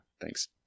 Thanks